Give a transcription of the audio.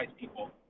people